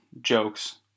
jokes